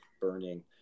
burning